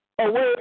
away